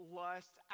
lust